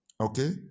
Okay